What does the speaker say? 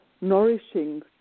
nourishing